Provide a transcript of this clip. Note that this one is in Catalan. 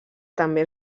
també